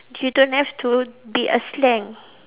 you don't have to be a slang